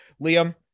Liam